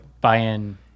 buy-in